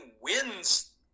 wins